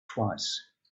twice